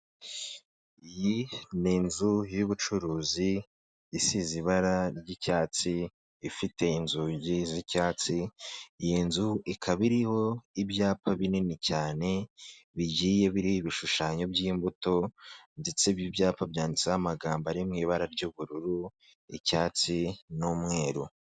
Iyi ni inzu y'ubucuruzi isize ibara ry'icyatsi, ifite inzugi z'icyatsi, iyi nzu ikaba iriho ibyapa binini cyane bigiye biri ibishushanyo by'imbuto ndetse ibi ibyapa byanditseho amagambo ari mu ibara ry'ubururu, icyatsi, n'umweru.